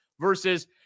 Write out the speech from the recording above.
versus